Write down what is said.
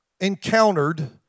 encountered